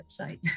website